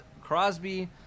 Crosby